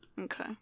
okay